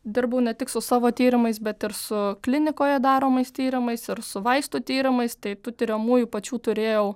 dirbau ne tik su savo tyrimais bet ir su klinikoje daromais tyrimais ir su vaistų tyrimais tai tų tiriamųjų pačių turėjau